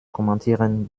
kommentieren